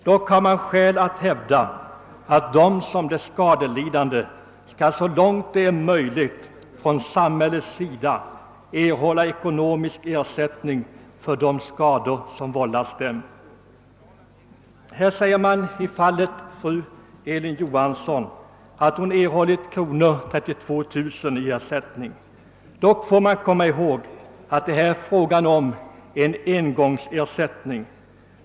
Dock har man skäl att hävda att de som blir skadelidande skall så långt det är möjligt erhålla ekonomisk ersättning från samhället för de skador som vållas dem. Det sägs i utlåtandet att fru Elin Johansson har erhållit 32 500 kr. i ersättning. Dock måste man observera att det är fråga om en engångsersättning.